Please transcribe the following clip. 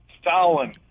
Stalin